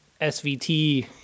SVT